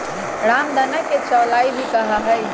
रामदाना के चौलाई भी कहा हई